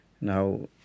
now